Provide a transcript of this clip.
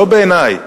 לא בעיני,